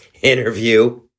interview